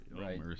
right